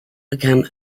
become